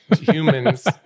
humans